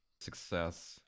success